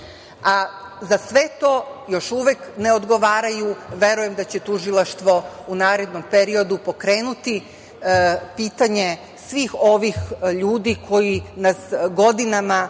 Za sve to još uvek ne odgovaraju. Verujem da će tužilaštvo u narednom periodu pokrenuti pitanje svih ovih ljudi koji nas godinama